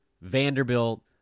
Vanderbilt